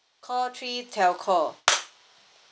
call three telco